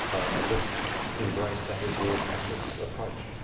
and just embrace that as your practice approach.